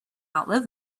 outlive